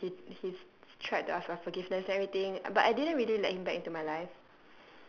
ah he he's tried to ask for forgiveness and everything but I didn't let him back into my life